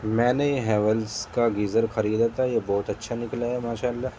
میں نے ہیولس کا گیزر خریدا تھا یہ بہت اچھا نکلا ہے ماشاء اللہ